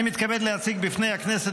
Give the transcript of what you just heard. אני מתכבד להציג בפני הכנסת,